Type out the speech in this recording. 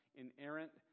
inerrant